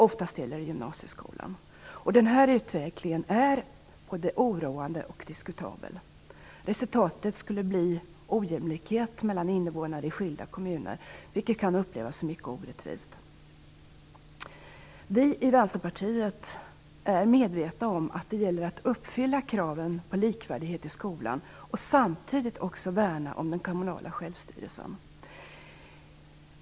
Det gäller då oftast gymnasieskolan. Denna utveckling är både oroande och diskutabel. Resultatet skulle bli ojämlikhet mellan invånare i skilda kommuner, vilket kan upplevas som mycket orättvist. Vi i Vänsterpartiet är medvetna om att det gäller att uppfylla kraven på likvärdighet i skolan och samtidigt värna om den kommunala självstyrelsen.